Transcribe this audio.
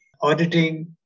auditing